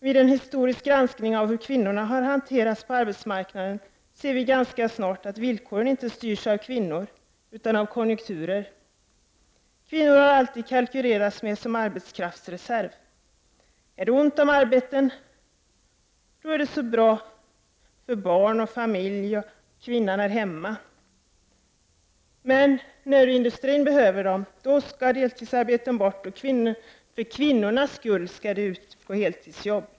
Vid en historisk granskning av hur kvinnorna har hanterats på arbetsmarknaden ser vi ganska snart att villkoren inte styrs av kvinnorna, utan av konjunkturerna. Man har alltid kalkylerat med kvinnor som arbetskraftsreserv. Är det ont om arbeten, är det så bra för barn och familj att kvinnan är hemma, men när industrin behöver henne, skall deltidsarbeten bort för ”kvinnans skull”. Då skall kvinnorna ut på heltidsjobb.